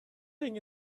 lying